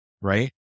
Right